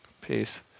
Peace